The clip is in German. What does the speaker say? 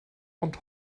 und